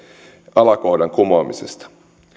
alakohdan kumoamisesta